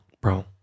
bro